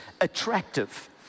attractive